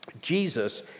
Jesus